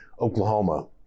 oklahoma